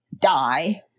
die